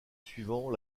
suivant